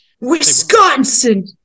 Wisconsin